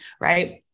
right